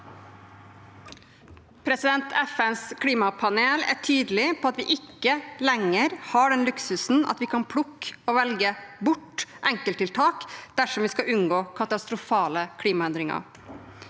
FNs klimapanel er tydelig på at vi ikke lenger har den luksusen at vi kan plukke og velge bort enkelttiltak dersom vi skal unngå katastrofale klimaendringer.